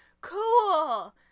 cool